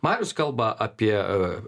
marius kalba apie